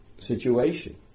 situation